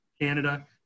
Canada